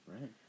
Right